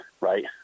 right